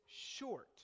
short